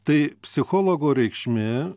tai psichologo reikšmė